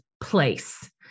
place